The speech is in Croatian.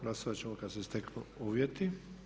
Glasovat ćemo kad se steknu uvjeti.